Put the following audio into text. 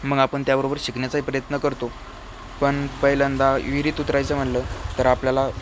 मग आपण त्याबरोबर शिकण्याचाही प्रयत्न करतो पण पहिल्यांदा विहिरीत उतरायचं म्हणलं तर आपल्याला